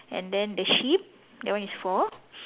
and then the sheep that one is four